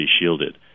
shielded